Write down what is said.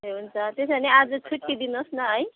ए हुन्छ त्यसो भने आज छुट्टी दिनुहोस् न है